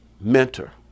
mentor